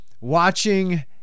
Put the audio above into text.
watching